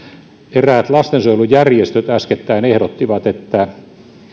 eräät lastensuojelujärjestöt äskettäin ehdottivat että